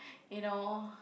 you know